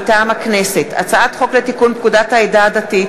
מטעם הכנסת: הצעת חוק לתיקון פקודת העדה הדתית